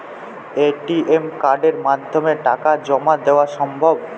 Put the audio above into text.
ATM কার্ডের মাধ্যমে টাকা জমা দেওয়া সম্ভব?